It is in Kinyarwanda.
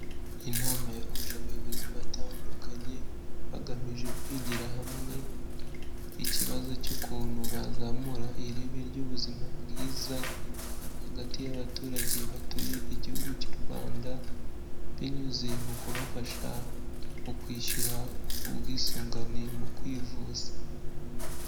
Iyi inama yahuje abayobozi batandukanye bagamije kwigira hamwe ikibazo cy'ukuntu bazamura ireme ry'ubuzima bwiza, hagati y'abaturage batuye igihugu cy'u Rwanda binyuze mu kubafasha mu kwishyura ubwisungane mu kwivuza.